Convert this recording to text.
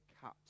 cut